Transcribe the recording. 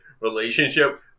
relationship